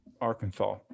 Arkansas